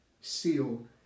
sealed